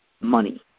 money